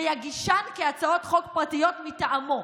ויגישן כהצעות חוק פרטיות מטעמו".